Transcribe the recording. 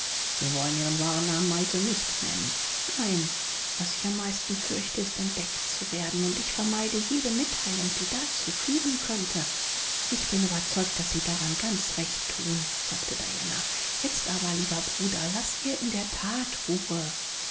sie wollen ihren wahren namen also nicht nennen nein was ich am meisten fürchte ist entdeckt zu werden und ich vermeide jede mitteilung die dazu führen könnte ich bin überzeugt daß sie daran ganz recht thun sagte diana jetzt aber lieber bruder laß ihr in der that ruhe